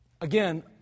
Again